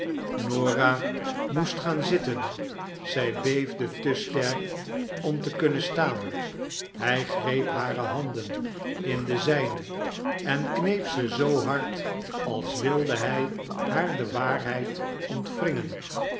norah moest gaan zitten zy beefde ie sterk om te kunnen staan hy greep hare handen in de zijnen en kneep ze zoo hard als wilde hy haar de waarheid ontwringen